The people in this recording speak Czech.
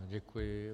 Děkuji.